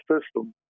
system